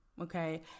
okay